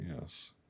Yes